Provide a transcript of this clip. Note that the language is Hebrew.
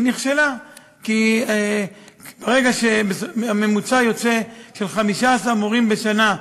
היא נכשלה כי ברגע שהממוצע יוצא 15 מורים בשנה,